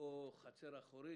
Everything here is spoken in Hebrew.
או חצר אחורית.